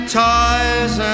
ties